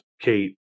Kate